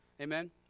Amen